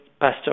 pastor